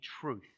truth